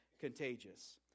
contagious